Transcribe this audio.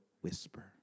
whisper